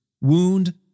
wound